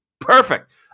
Perfect